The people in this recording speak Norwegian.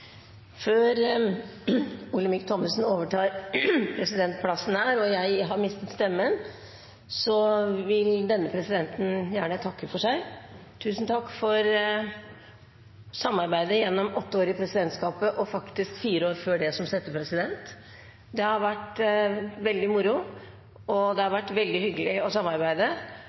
Før Olemic Thommessen overtar presidentplassen – og jeg mister stemmen – vil denne presidenten gjerne takke for seg. Tusen takk for samarbeidet gjennom åtte år i presidentskapet, og faktisk fire år før det som settepresident. Det har vært veldig moro, og det har vært veldig hyggelig å samarbeide.